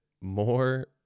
more